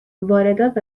واردات